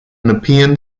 nepean